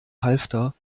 halfter